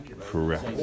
correct